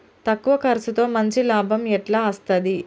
తక్కువ కర్సుతో మంచి లాభం ఎట్ల అస్తది?